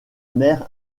mère